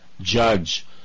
judge